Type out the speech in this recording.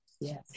Yes